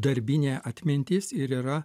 darbinė atmintis ir yra